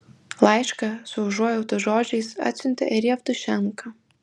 laišką su užuojautos žodžiais atsiuntė ir jevtušenka